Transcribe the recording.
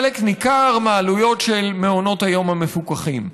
חלק ניכר מהעלויות של מעונות היום המפוקחים.